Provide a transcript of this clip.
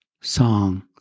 song